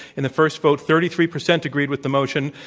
in the first vote, thirty three percent agreed with the motion.